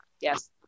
Yes